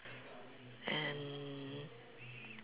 and